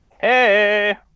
Hey